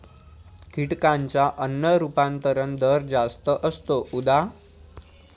कीटकांचा अन्न रूपांतरण दर जास्त असतो, उदा